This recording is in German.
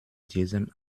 diesem